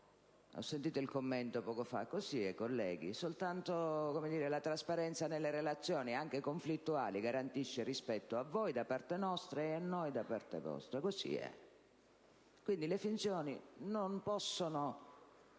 *(Commenti dal Gruppo PdL)*. È così, colleghi: soltanto la trasparenza nelle relazioni, anche conflittuali, garantisce rispetto a voi da parte nostra e a noi da parte vostra. Così è. Quindi, le finzioni non possono